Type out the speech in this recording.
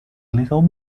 little